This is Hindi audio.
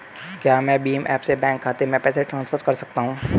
क्या मैं भीम ऐप से बैंक खाते में पैसे ट्रांसफर कर सकता हूँ?